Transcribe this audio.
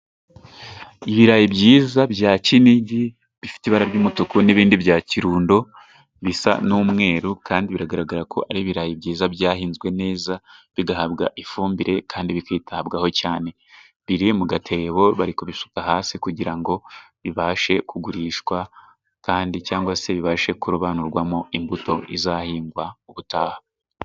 Ibirayi byiza bya Kinigi bifite ibara ry'umutuku, n'ibindi bya Kirundo bisa n'umweru, kandi bigaragara ko ari ibirayi byiza byahinzwe neza bigahabwa ifumbire, kandi bikitabwaho cyane. Biri mu gatebo bari kubisuka hasi kugira ngo bibashe kugurishwa, kandi cyangwa se bibashe kurobanurwamo imbuto izahingwa ubutaha.